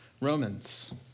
Romans